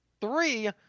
Three